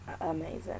amazing